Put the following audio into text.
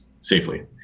safely